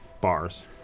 bars